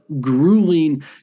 grueling